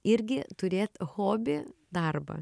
irgi turėt hobį darbą